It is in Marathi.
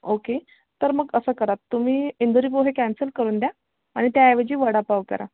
ओके तर मग असं करा तुम्ही इंदोरी पोहे कॅन्सल करून द्या आणि त्याऐवजी वडापाव करा